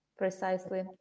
Precisely